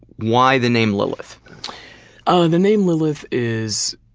why the name lillith ah the name lillith is,